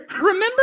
Remember